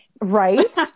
Right